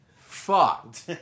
fucked